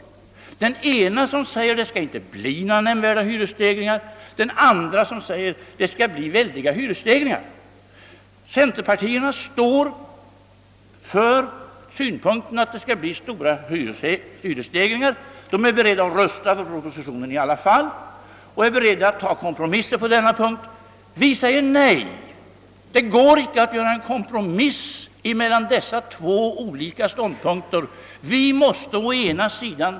Företrädarna för den ena säger: »Det ska inte bli några nämnvärda hyreshöjningar.» Företrädarna för den andra säger: »Det blir väldiga hyreshöjningar.» Dubbelpartierna står för synpunkten att stora hyresstegringar skall uppkomma. Men de är beredda alt rösta för propositionens förslag i alla fall och att kompromissa beträffande övergångstiden. Vi säger nej. Det går inte att kompromissa mellan två så skilda ståndpunkter.